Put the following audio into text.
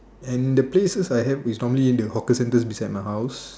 and the places I have is normally in the hawker centres beside my house